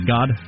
God